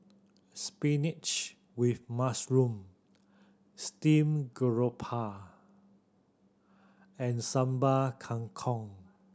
spinach with mushroom steamed garoupa and Sambal Kangkong